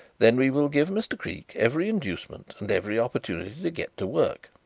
then we will give mr. creake every inducement and every opportunity to get to work.